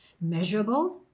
measurable